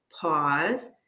pause